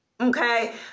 Okay